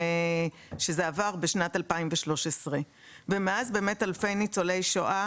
זה עבר בשנת 2013. מאז אלפי ניצולי שואה